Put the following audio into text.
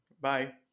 bye